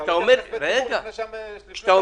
אתה אומר כספי ציבור, לפני שהבעלים עוזרים.